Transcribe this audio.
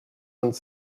vingt